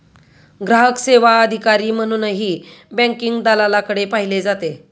ग्राहक सेवा अधिकारी म्हणूनही बँकिंग दलालाकडे पाहिले जाते